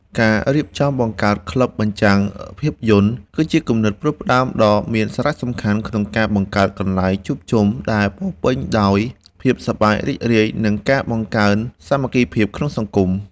ការរៀបចំបង្កើតក្លឹបបញ្ចាំងភាពយន្ត គឺជាគំនិតផ្ដួចផ្ដើមដ៏មានសារៈសំខាន់ក្នុងការបង្កើតកន្លែងជួបជុំ ដែលពោរពេញដោយភាពសប្បាយរីករាយ និងការបង្កើនភាពសាមគ្គីក្នុងសង្គម។